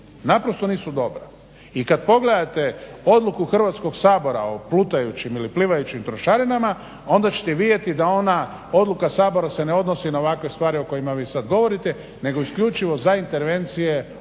naprosto nisu dobra. I kad pogledate odluku Hrvatskog sabora o plutajućim ili plivajućim trošarinama onda ćete vidjeti da ona odluka Sabora se ne odnosi na ovakve stvari o kojima vi sad govorite nego isključivo za intervencije u slučaju